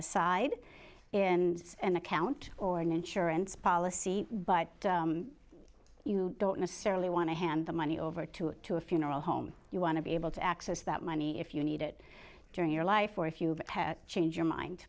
aside in an account or an insurance policy but you don't necessarily want to hand the money over to to a funeral home you want to be able to access that money if you need it during your life or if you change your mind